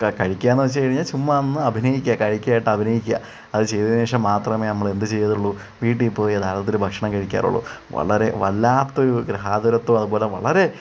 കഴിക്കാന്ന് വെച്ച് കഴിഞ്ഞാൽ ചുമ്മാ അങ്ങ് അഭിനയിക്കുക കഴിക്കുന്നതായിട്ട് അഭിനയിക്കുക അത് ചെയ്തതിന് ശേഷം മാത്രമേ നമ്മളെന്ത് ചെയ്തൊള്ളു വീട്ടിപ്പോയി താളത്തിൽ ഭക്ഷണം കഴിക്കാറുള്ളു വളരെ വല്ലാത്തൊരു ഗൃഹാതൊരത്വം അതുപോലെ വളരെ